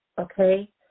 okay